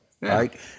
Right